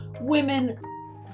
women